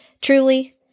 truly